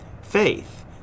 faith